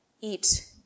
eat